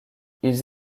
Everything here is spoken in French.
ils